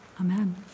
amen